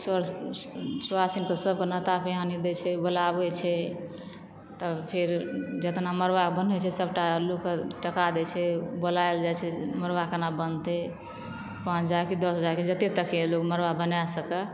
sir सुआसिन के सबके न्योता पिहानी दै छै बुलाबै छै तऽ फेर जतना मरबा बनै छै सबटा लोकके टका दै छै बोलल जाइ छै मरबा केना बनतै पाँच हज़ार की दस हजार जते तक के लोक मरबा बना सकय